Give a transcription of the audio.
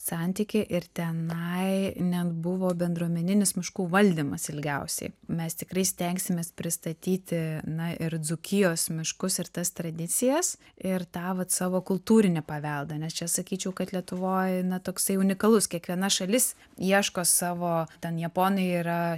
santykį ir tenai net buvo bendruomeninis miškų valdymas ilgiausiai mes tikrai stengsimės pristatyti na ir dzūkijos miškus ir tas tradicijas ir tą vat savo kultūrinį paveldą nes čia sakyčiau kad lietuvoj na toksai unikalus kiekviena šalis ieško savo ten japonai yra